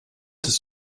des